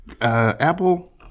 Apple